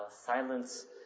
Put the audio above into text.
silence